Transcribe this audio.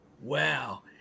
wow